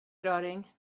raring